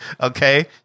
okay